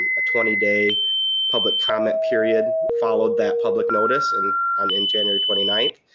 a twenty day public comment period followed that public notice and on and january twenty ninth,